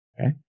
okay